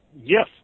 Yes